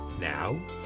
Now